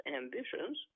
ambitions